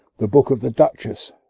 the book of the duchess,